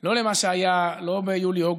לא למה שהיה, לא ביולי-אוגוסט